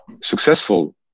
successful